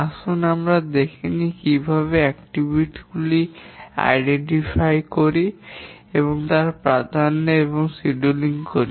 আসুন আমরা দেখে নিই কীভাবে কার্যক্রম গুলি চিহ্নিত করি এবং এরপর প্রাধান্য এবং সময়সূচী করি